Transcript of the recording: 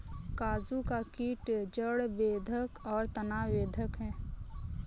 काजू का कीट जड़ बेधक और तना बेधक है